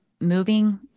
moving